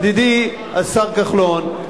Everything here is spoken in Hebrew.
ידידי השר כחלון,